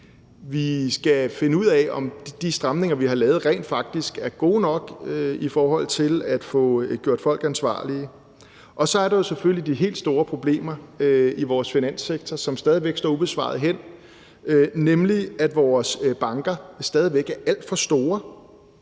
Vi skal finde ud af, om de stramninger, vi har lavet, rent faktisk er gode nok i forhold til at få gjort folk ansvarlige. Og så er der jo selvfølgelig de helt store problemer i vores finanssektor, som stadig væk står ubesvarede hen, nemlig at vores banker stadig væk er alt for store.